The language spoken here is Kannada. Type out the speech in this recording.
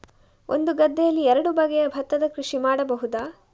ಒಂದು ಗದ್ದೆಯಲ್ಲಿ ಎರಡು ಬಗೆಯ ಭತ್ತದ ಕೃಷಿ ಮಾಡಬಹುದಾ?